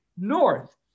north